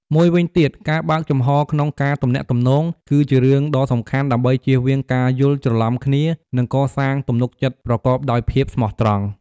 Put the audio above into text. មួយវិញទៀតការបើកចំហរក្នុងការទំនាក់ទំនង គឺជារឿងដ៏សំខាន់ដើម្បីជៀសវាងការយល់ច្រឡំគ្នា និងកសាងទំនុកចិត្ត ប្រកបដោយភាពស្មោះត្រង់។